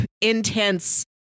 intense